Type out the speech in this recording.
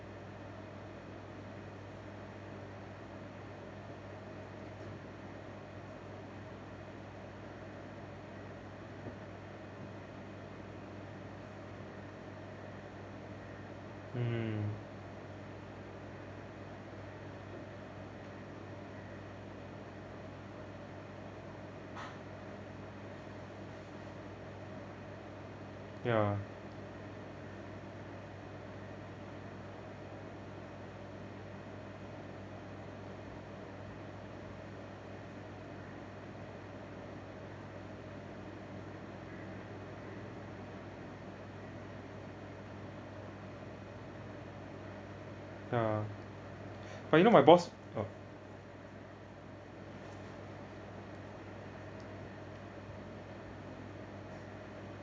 hmm ya ya but you know my boss oh